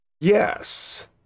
Yes